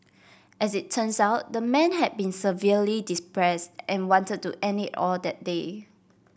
as it turns out the man had been severely depressed and wanted to end it all that day